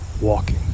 Walking